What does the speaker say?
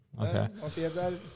Okay